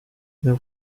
that